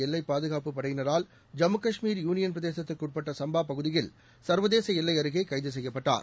எல்லைப் பாதுகாப்புப் படையினரால் ஜம்மு காஷ்மீர் யூனியன் பிரதேசத்திற்குட்பட்ட சம்பா பகுதியில் சர்வதேச எல்லை அருகே கைது செய்யப்பட்டார்